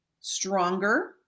stronger